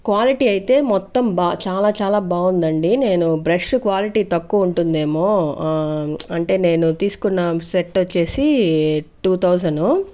quality అయితే మొత్తం బాగా చాలా చాలా బాగుందండి నేను బ్రష్ క్వాలిటీ తక్కువ ఉంటుందేమో అంటే నేను తీసుకున్న సెట్ వచ్చేసి టు థౌసండు